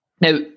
Now